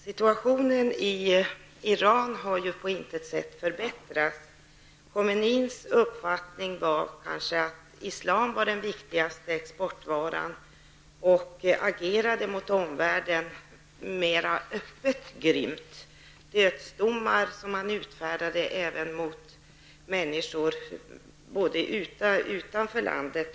Situationen i Iran har ju på intet sätt förbättrats. Khomeinis uppfattning var kanske att islam var den viktigaste exportvaran, och han agerade grymt mer öppet mot omvärlden. Han utfärdade dödsdomar mot människor både utanför och inom landet.